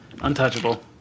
Untouchable